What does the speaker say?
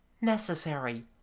necessary